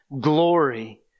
glory